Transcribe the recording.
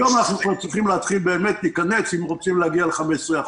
היום אנחנו כבר צריכים להתחיל להיכנס פנימה אם רוצים להגיע ל-15%.